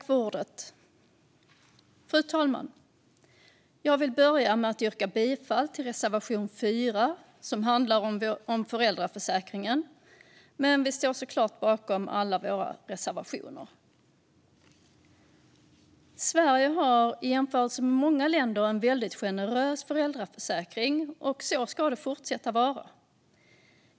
Fru talman! Jag vill börja med att yrka bifall till reservation 4, som handlar om föräldraförsäkringen. Men vi står såklart bakom alla våra reservationer. Sverige har i jämförelse med många länder en väldigt generös föräldraförsäkring, och så ska det fortsätta vara.